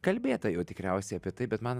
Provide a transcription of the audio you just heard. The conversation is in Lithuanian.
kalbėta jau tikriausiai apie tai bet man